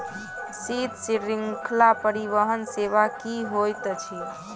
शीत श्रृंखला परिवहन सेवा की होइत अछि?